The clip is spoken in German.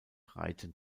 reiten